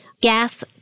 Gas